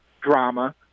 drama